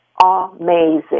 amazing